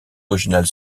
originale